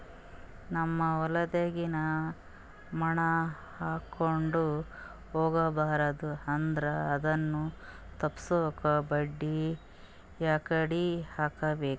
ನಮ್ ಹೊಲದಾಗಿನ ಮಣ್ ಹಾರ್ಕೊಂಡು ಹೋಗಬಾರದು ಅಂದ್ರ ಅದನ್ನ ತಪ್ಪುಸಕ್ಕ ಬಂಡಿ ಯಾಕಡಿ ಹಾಕಬೇಕು?